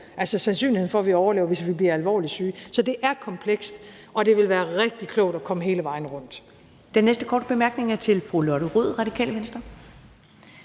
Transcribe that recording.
altså sandsynligheden for, at vi overlever, hvis vi bliver alvorligt syge. Så det er komplekst, og det vil være rigtig klogt at komme hele vejen rundt. Kl. 22:49 Første næstformand (Karen Ellemann) : Den næste korte bemærkning er til fru Lotte Rod, Radikale Venstre.